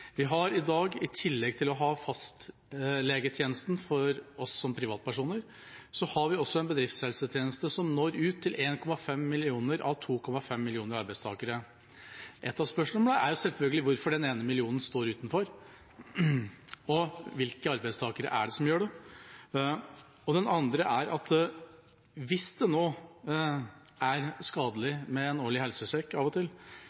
Vi har i dag, i tillegg til å ha fastlegetjenesten for oss som privatpersoner, også en bedriftshelsetjeneste som når ut til 1,5 millioner av 2,5 millioner arbeidstakere. Et av spørsmålene er selvfølgelig hvorfor den ene millionen står utenfor, og hvilke arbeidstakere som gjør det. Det andre er at hvis det er skadelig med en årlig helsesjekk, hvorfor har de fleste arbeidstakere, 1,5 millioner, en årlig helsesjekk i bedriftshelsetjenesten? Dette er også noe av det vi må diskutere, og